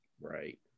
Right